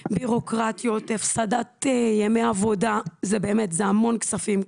בירוקרטיות, הפסד ימי עבודה, זה המון כספים.